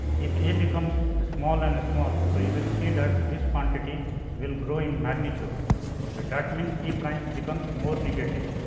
if a becomes small and small so, you will see that this quantity will grow in magnitude ok that means, a prime becomes more negative.